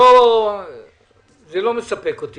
התשובה הזו לא מספקת אותי,